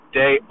day